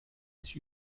sich